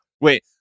Wait